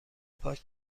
پاک